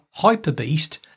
HyperBeast